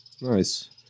Nice